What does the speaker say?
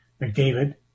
McDavid